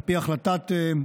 על פי החלטת ממשלה,